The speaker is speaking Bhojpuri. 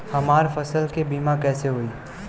हमरा फसल के बीमा कैसे होई?